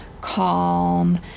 calm